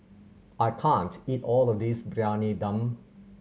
I can't eat all of this Briyani Dum